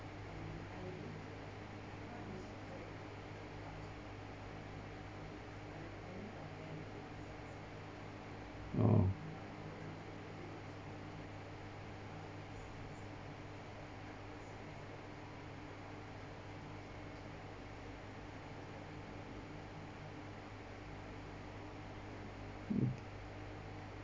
oh